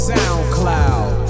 SoundCloud